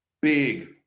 big